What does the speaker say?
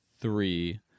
three